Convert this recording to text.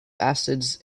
acids